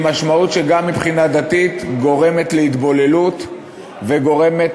היא משמעות שגם מבחינה דתית גורמת להתבוללות וגורמת